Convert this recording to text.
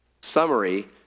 summary